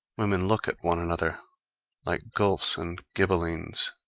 women look at one another like guelphs and ghibellines.